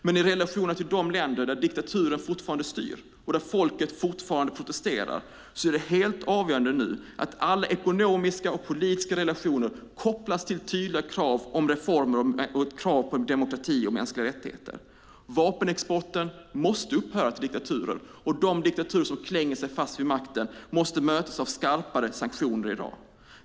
Men i relationerna till de länder där diktaturer fortfarande styr och där folket fortfarande protesterar är det nu helt avgörande att alla ekonomiska och politiska relationer kopplas till tydliga krav på reformer, demokrati och mänskliga rättigheter. Vapenexporten till diktaturer måste upphöra, och de diktaturer som klänger sig fast vid makten måste mötas av skarpare sanktioner.